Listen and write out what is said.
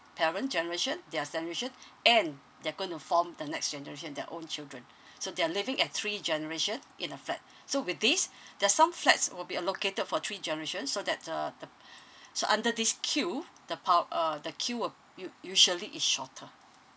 parent generation their generation and they're gonna form the next generation their own children so they're living at three generation in a flat so with this there's some flats will be allocated for three generations so that uh the so under this queue the pa~ uh the queue will u~ usually is shorter